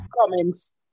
comments